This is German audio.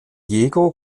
diego